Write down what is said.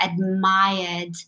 admired